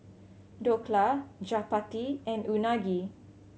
Dhokla Chapati and Unagi